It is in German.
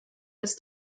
ist